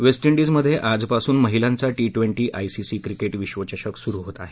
waste इंडिजमध्ये आजपासून महिलांचा टी ट्वेंटी आयसीसी क्रिकेट विश्वचषक सुरू होत आहे